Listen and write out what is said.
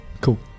Cool